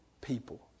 people